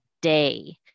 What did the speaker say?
day